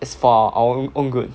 is for our own own good